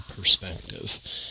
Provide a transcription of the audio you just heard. perspective